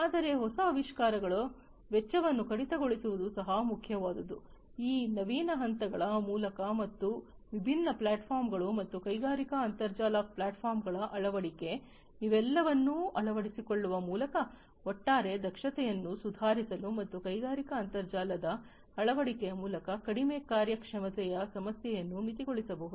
ಆದರೆ ಹೊಸ ಆವಿಷ್ಕಾರಗಳು ವೆಚ್ಚವನ್ನು ಕಡಿತಗೊಳಿಸುವುದು ಸಹ ಮುಖ್ಯವಾದುದು ಈ ನವೀನ ಹಂತಗಳ ಮೂಲಕ ಮತ್ತು ವಿಭಿನ್ನ ಪ್ಲಾಟ್ಫಾರ್ಮ್ಗಳು ಮತ್ತು ಕೈಗಾರಿಕಾ ಅಂತರ್ಜಾಲ ಪ್ಲಾಟ್ಫಾರ್ಮ್ಗಳ ಅಳವಡಿಕೆ ಇವೆಲ್ಲವನ್ನೂ ಅಳವಡಿಸಿಕೊಳ್ಳುವ ಮೂಲಕ ಒಟ್ಟಾರೆ ದಕ್ಷತೆಯನ್ನು ಸುಧಾರಿಸಲು ಮತ್ತು ಕೈಗಾರಿಕಾ ಅಂತರ್ಜಾಲದ ಅಳವಡಿಕೆಯ ಮೂಲಕ ಕಡಿಮೆ ಕಾರ್ಯಕ್ಷಮತೆಯ ಸಮಸ್ಯೆಗಳನ್ನು ಮಿತಿ ಗೊಳಿಸಬಹುದು